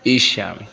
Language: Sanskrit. इष्यामि